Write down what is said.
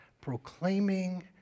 proclaiming